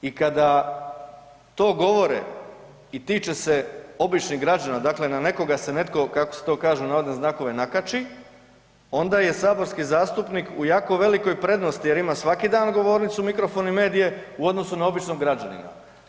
I kada to govore i tiče se običnih građana, dakle na nekoga se netko, kako se to kaže „nakači“ onda je saborski zastupnik u jako velikoj prednosti jer ima svaki dan govornicu, mikrofon i medije u odnosu na običnog građanina.